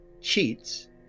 cheats